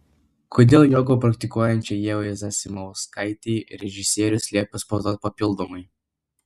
kodėl jogą praktikuojančiai ievai zasimauskaitei režisierius liepė sportuoti papildomai